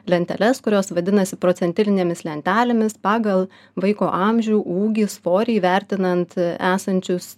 lenteles kurios vadinasi procentinėmis lentelėmis pagal vaiko amžių ūgį svorį įvertinant esančius